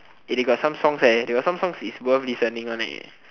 they got some songs they got some songs is worth listening one